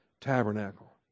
tabernacle